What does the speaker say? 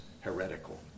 heretical